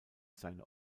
seine